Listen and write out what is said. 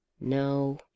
no